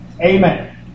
Amen